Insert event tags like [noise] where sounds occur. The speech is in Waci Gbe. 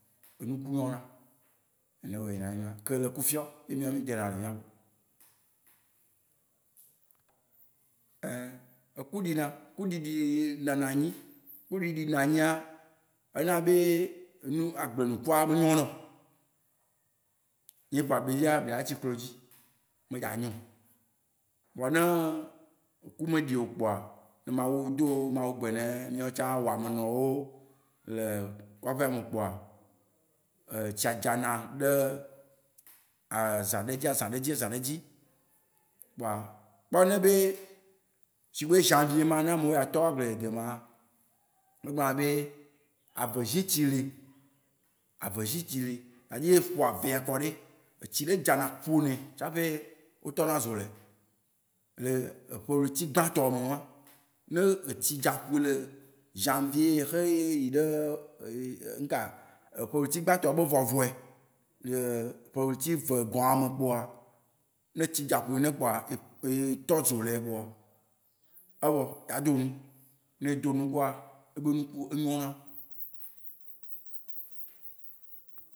Nuku mawoa, nene be yina ye nye ema. Kele ku fiɔ ye míawo mí dena le mía gbɔ. [hesitation] eku ɖina, eku ɖiɖi na na anyi. Kuɖiɖi nɔ ayia, ena be enu- agblenukua me nyo nao. Ye kpoa be- yea be la tsi kpo dzi. Me dza anyo oo. Vɔ ne eku me ɖi o pkoa, ne Mawu do Mawu gbe me mía wɔamenɔwó le kɔƒea me kpoa, etia dza na ɖe azã ɖe dzi azã ɖe dzi azã ɖe dzi. Kpoa kpɔ ne nye be sigbe janvier mawó nene, amewo ya tɔ agble dede ma, wó gblɔ na be avezĩtsi li. Avezĩtsi, c'est-à-dire, eƒo avea kɔɖi, etsi ɖe dza na ƒonɛ, tsaƒe wó tɔ na zo lae. Le eƒe ɣleti gbãtɔ me wan. Ne etsi dza ƒoe le janvier xe yiɖe [hesitation] eƒe ɣleti gbãtɔa ƒe vɔvɔe, le ƒe ɣleti vegɔa me kpoa, ne etsi dza ƒoe nene kpoa, etɔ zo lae kpoa, evɔ, yea ado nu. Ne edo nukua, yebe nuku enyo na